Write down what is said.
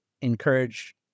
encourage